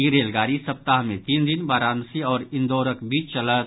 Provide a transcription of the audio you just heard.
ई रेलगाड़ी सप्ताह मे तीन दिन वाराणसी आओर इंदौरक बीच चलत